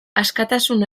askatasun